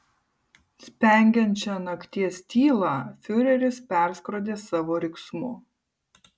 spengiančią nakties tylą fiureris perskrodė savo riksmu